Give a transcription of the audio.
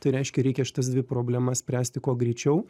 tai reiškia reikia šitas dvi problemas spręsti kuo greičiau